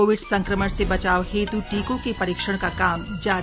Covid संक्रमण से बचाव हेत् टीकों के परीक्षण का काम जारी